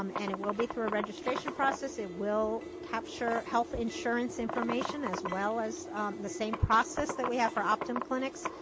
um and it will be through a registration process. it will capture health insurance information as well as the same process that we have for optum clinics.